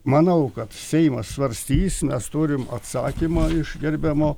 manau kad seimas svarstys nes turim atsakymą iš gerbiamo